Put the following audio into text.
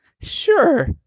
Sure